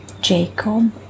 jacob